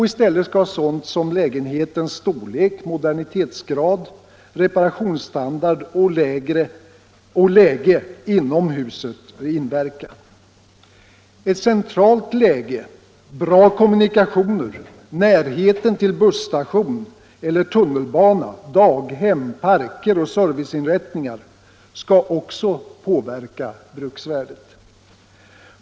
I stället skall sådant som lägenhetens storlek, modernitetsgrad, reparationsstandard och läge inom huset inverka. Centralt läge, bra kommunikationer, närheten till busstation eller tunnelbana, daghem, parker och serviceinrättningar skall också påverka bruksvärdet.